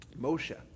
Moshe